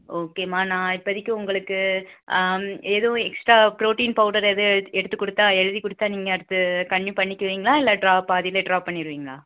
ஓகேம்மா நான் இப்போதிக்கி உங்களுக்கு எதுவும் எக்ஸ்ட்ரா ப்ரோட்டீன் பவுடர் எதுவும் எடுத்து கொடுத்தா எழுதி கொடுத்தா நீங்கள் அடுத்து கன்டினியூ பண்ணிக்கிவிங்களா இல்லை ட்ரா பாதிலேயே ட்ராப் பண்ணிடுவிங்களா